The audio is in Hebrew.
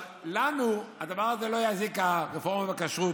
אז לנו הדבר הזה לא יזיק, הרפורמה בכשרות,